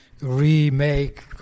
remake